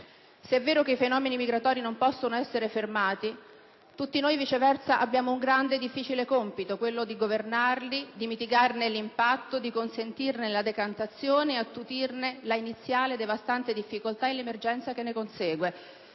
Se è vero che i fenomeni migratori non possono essere fermati, tutti noi, viceversa, abbiamo un grande e difficile compito: quello di governarli, di mitigarne l'impatto, di consentirne la decantazione e di attutirne la iniziale devastante difficoltà e l'emergenza che ne consegue.